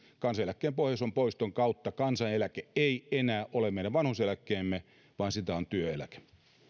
kansaneläkkeen pohjaosan poiston kautta kansaneläke ei enää ole meidän vanhuuseläkkeemme vaan sitä on työeläke